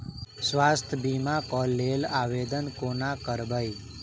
स्वास्थ्य बीमा कऽ लेल आवेदन कोना करबै?